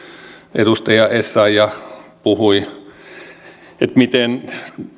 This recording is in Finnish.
edustaja essayah puhui siitä miten